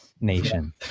nation